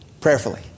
prayerfully